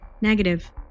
Negative